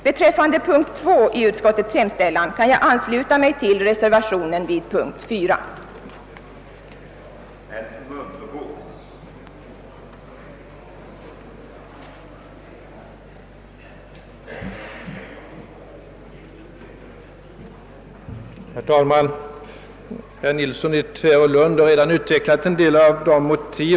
Beträffande moment 2 i utskottets hemställan kan jag ansluta mig till reservationen 1 av herr Axel Andersson m.fl.